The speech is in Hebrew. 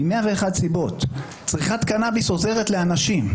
ממאה ואחת סיבות, צריכת קנאביס עוזרת לאנשים.